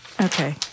Okay